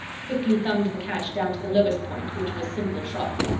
quickly thumbed the catch down to the lowest point, which was simple shock.